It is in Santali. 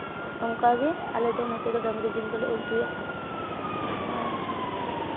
ᱚᱱᱠᱟᱜᱮ ᱟᱞᱮ ᱱᱚᱛᱮ ᱫᱚ ᱰᱟᱹᱝᱨᱤ ᱡᱤᱞ ᱫᱚᱞᱮ ᱩᱛᱩᱭᱟ ᱢᱟ ᱮᱱᱠᱷᱟᱱ